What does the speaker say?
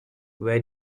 where